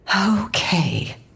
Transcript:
Okay